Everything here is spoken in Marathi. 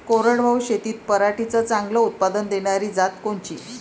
कोरडवाहू शेतीत पराटीचं चांगलं उत्पादन देनारी जात कोनची?